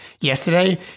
yesterday